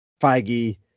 Feige